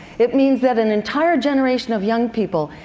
it means that an entire generation of young people,